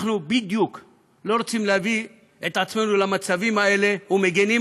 אנחנו בדיוק לא רוצים להביא את עצמנו למצבים האלה ומגינים